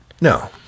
No